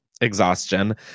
exhaustion